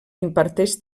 imparteix